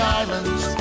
islands